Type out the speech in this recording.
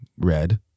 Red